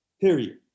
period